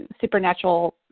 supernatural